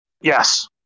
Yes